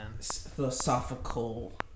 philosophical